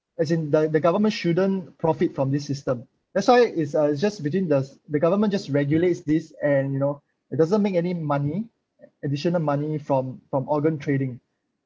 as in the the government shouldn't profit from this system that's why it's just between the the government just regulates this and you know it doesn't make any money additional money from from organ trading